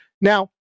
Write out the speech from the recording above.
Now